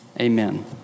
Amen